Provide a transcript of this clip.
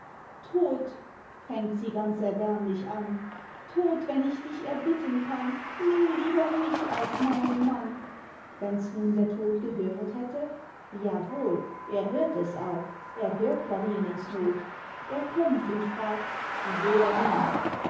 tod fängt sie ganz erbärmlich an tod wenn ich dich erbitten kann nimm lieber mich als meinen mann wenns nun der tod gehöret hätte jawohl er hört es auch er hört clarinens not er kömmt und fragt wer rief